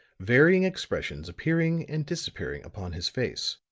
varying expressions appearing and disappearing upon his face.